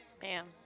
Bam